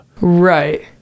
Right